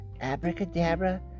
abracadabra